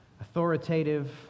authoritative